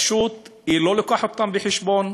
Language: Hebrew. פשוט, היא לא מביאה אותם בחשבון,